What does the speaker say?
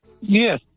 Yes